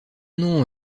non